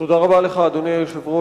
תודה רבה לך, אדוני היושב-ראש.